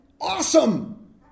awesome